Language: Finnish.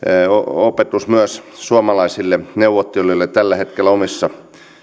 opetus myös suomalaisille neuvottelijoille tällä hetkellä omissa